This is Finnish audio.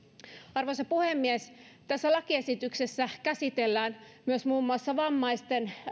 arvoisa puhemies tässä lakiesityksessä käsitellään myös muun muassa vammaisten